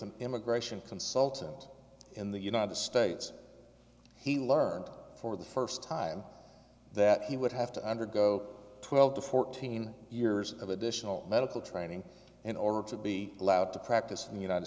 an immigration consultant in the united states he learned for the first time that he would have to undergo twelve to fourteen years of additional medical training in order to be allowed to practice in the united